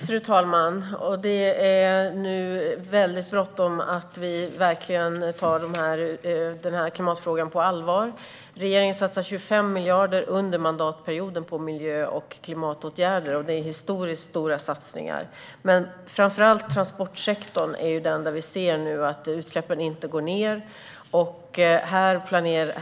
Fru talman! Det är nu väldigt bråttom att nu verkligen ta klimatfrågan på allvar. Regeringen satsar 25 miljarder under mandatperioden på miljö och klimatåtgärder. Det är historiskt stora satsningar. Men vi ser nu att utsläppen inte minskar, framför allt i transportsektorn.